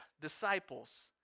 disciples